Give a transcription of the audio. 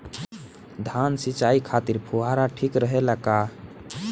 धान सिंचाई खातिर फुहारा ठीक रहे ला का?